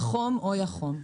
החום, אוי, החום.